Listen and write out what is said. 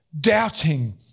doubting